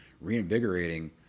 reinvigorating